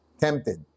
tempted